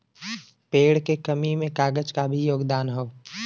पेड़ क कमी में कागज क भी योगदान हौ